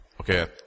Okay